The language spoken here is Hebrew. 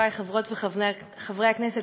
חברי חברות וחברי כנסת,